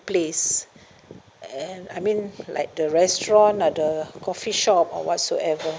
place and I mean like the restaurant or the coffee shop or whatsoever